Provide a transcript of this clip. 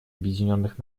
объединенных